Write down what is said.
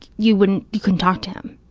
you wouldn't, you couldn't talk to him.